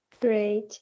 Great